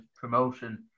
promotion